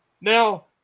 Now